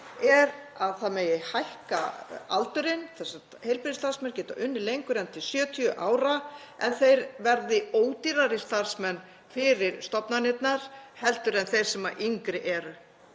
er að það megi hækka aldurinn. Heilbrigðisstarfsmenn geta unnið lengur en til 70 ára en þeir verða ódýrari starfsmenn fyrir stofnanirnar en þeir sem yngri eru.